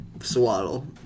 Swaddle